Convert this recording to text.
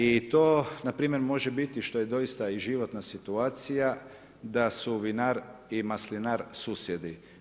I to na primjer može biti što je doista i životna situacija da su vinar i maslinar susjedi.